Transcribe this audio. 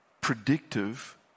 predictive